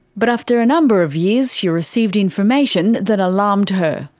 but after a number of years she received information that alarmed her.